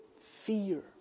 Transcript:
fear